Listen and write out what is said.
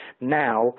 now